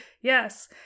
Yes